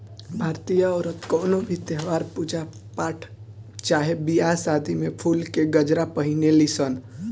भारतीय औरत कवनो भी त्यौहार, पूजा पाठ चाहे बियाह शादी में फुल के गजरा पहिने ली सन